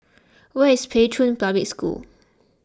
where is Pei Chun Public School